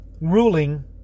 ruling